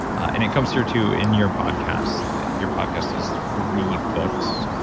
and it comes through too in your podcast your podcast is three books.